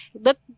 Look